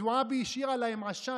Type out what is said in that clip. זועבי השאירה להם עשן.